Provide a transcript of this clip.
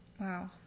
Wow